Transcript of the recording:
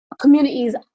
communities